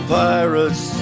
pirates